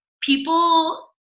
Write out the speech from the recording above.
people